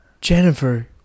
Jennifer